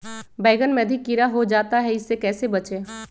बैंगन में अधिक कीड़ा हो जाता हैं इससे कैसे बचे?